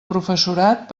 professorat